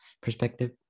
perspective